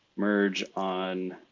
merge on